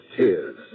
tears